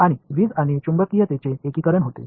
आणि वीज आणि चुंबकीयतेचे एकीकरण होते